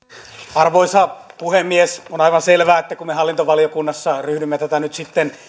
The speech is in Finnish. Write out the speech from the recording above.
arvoisa puhemies on aivan selvää että kun me hallintovaliokunnassa ryhdymme tätä nyt sitten